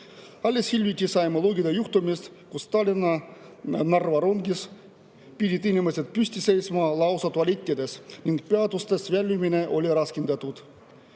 Alles hiljuti saime lugeda juhtumist, kus Tallinna-Narva rongis pidid inimesed püsti seisma lausa tualettides ning peatustes väljumine oli raskendatud.